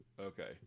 Okay